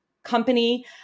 company